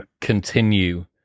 continue